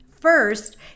First